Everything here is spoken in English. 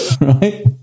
Right